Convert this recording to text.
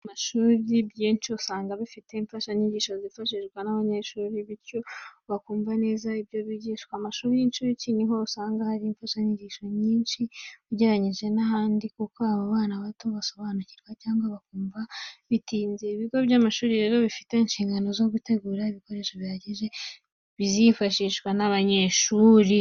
Ibigo by'amashuri byinshi usanga bifite imfashanyigisho zifashishwa n'abanyeshuri bityo bakumva neza ibyo bigishwa. Amashuri y'incuke ni ho usanga hari imfashanyigisho nyinshi ugereranyije n'ahandi kuko abana bato basobanukirwa cyangwa bakumva bitinze. Ibigo by'amashuri rero bifite inshingano zo gutegura ibikoresho bihagije bizifashishwa n'abanyeshuri.